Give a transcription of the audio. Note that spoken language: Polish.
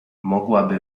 mogłaby